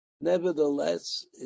nevertheless